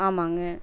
ஆமாங்க